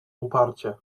uparcie